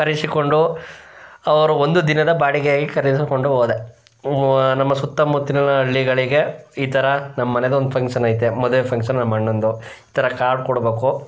ಕರೆಸಿಕೊಂಡು ಅವರು ಒಂದು ದಿನದ ಬಾಡಿಗೆಗೆ ಕರೆದುಕೊಂಡು ಹೋದೆ ನಮ್ಮ ಸುತ್ತಮುತ್ತಲಿನ ಹಳ್ಳಿಗಳಿಗೆ ಈ ಥರ ನಮ್ಮ ಮನೆದೊಂದು ಫಂಕ್ಷನ್ ಐತೆ ಮದುವೆ ಫಂಕ್ಷನ್ ನಮ್ಮ ಅಣ್ಣಂದು ಈ ಥರ ಕಾರ್ಡ್ ಕೊಡ್ಬೇಕು